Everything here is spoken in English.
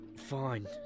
Fine